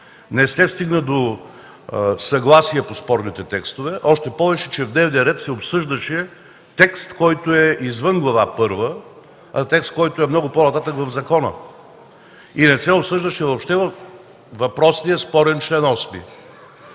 Не се стигна до съгласие по спорните текстове, още повече, че в дневния ред се обсъждаше текст, който е извън Глава първа – текст, който е много по-нататък в закона, и не се обсъждаше въобще въпросният спорен чл. 8.